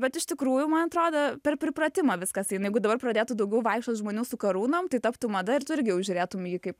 bet iš tikrųjų man atrodo per pripratimą viskas eina jeigu dabar pradėtų daugiau vaikščiot žmonių su karūnom tai taptų mada ir tu irgi jau žiūrėtum į jį kaip